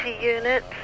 units